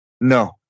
No